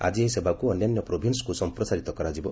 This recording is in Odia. ଆଜି ଏହି ସେବାକୁ ଅନ୍ୟାନ୍ୟ ପ୍ରୋଭିନ୍ନକୁ ସଂପ୍ରସାରିତ କରାଯିବ